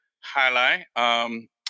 Highlight